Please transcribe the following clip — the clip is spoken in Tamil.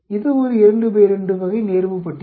இது ஒரு 2 2 வகை நேர்வு பட்டியல்